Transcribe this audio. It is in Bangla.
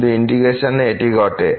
কিন্তু ইন্টিগ্রেশনে এটি ঘটে